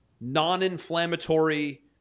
non-inflammatory